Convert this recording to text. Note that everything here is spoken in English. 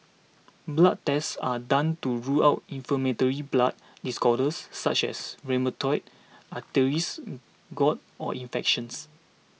blood tests are done to rule out inflammatory blood disorders such as rheumatoid arthritis gout or infections